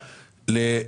כן.